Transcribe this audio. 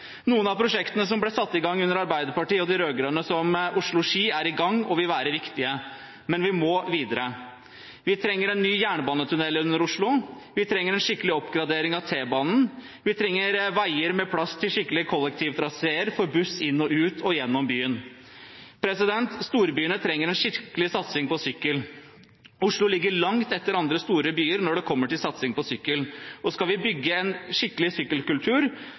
Noen av prosjektene som ble satt i gang under Arbeiderpartiet og de rød-grønne, som Oslo–Ski, er i gang og vil være viktige, men vi må videre. Vi trenger en ny jernbanetunnel under Oslo, vi trenger en skikkelig oppgradering av T-banen, og vi trenger veier med plass til skikkelige kollektivtraseer for buss inn og ut og gjennom byen. Storbyene trenger en skikkelig satsing på sykkel. Oslo ligger langt etter andre store byer når det kommer til satsing på sykkel. Skal vi bygge en skikkelig sykkelkultur,